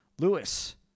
Lewis